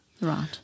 Right